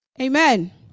Amen